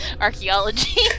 archaeology